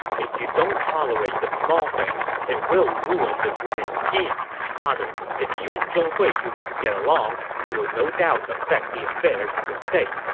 if you don't tolerate the small things, it will ruin the grand scheme. father, if you and zhong hui do not get along, it will no doubt affect the affairs of the state.